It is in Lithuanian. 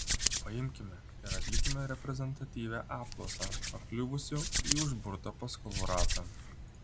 paimkime ir atlikime reprezentatyvią apklausą pakliuvusių į užburtą paskolų ratą